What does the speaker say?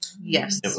Yes